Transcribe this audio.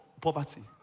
poverty